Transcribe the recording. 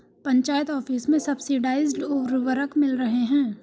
panchayat office में subsidised उर्वरक मिल रहे हैं